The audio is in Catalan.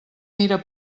mira